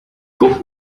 guck